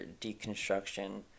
deconstruction